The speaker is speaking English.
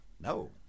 No